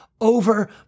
over